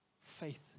Faith